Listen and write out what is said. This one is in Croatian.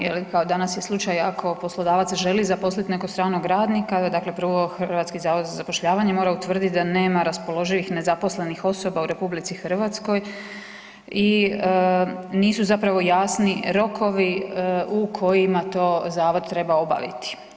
Jer, kao danas je slučaj, ako poslodavac želi zaposliti nekog stranog radnika, dakle prvo Hrvatski zavod za zapošljavanje mora utvrditi da nema raspoloživih nezaposlenih osoba u RH i nisu zapravo jasni rokovi u kojima to Zavod treba obaviti.